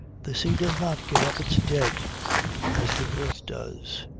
the sea does not give up its dead as the earth does.